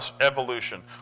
evolution